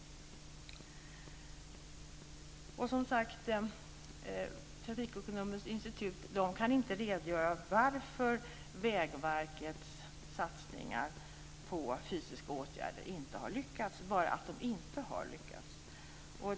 Och Transportøkonomisk institutt kan, som sagt, inte redogöra varför Vägverkets satsningar på fysiska åtgärder inte har lyckats bara att de inte har lyckats.